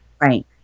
right